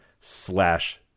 slash